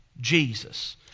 Jesus